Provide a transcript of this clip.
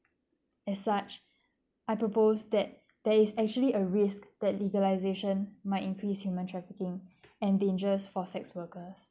as such I propose that there is actually a risk that legalisation might increase human trafficking and dangerous for sex workers